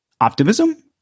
optimism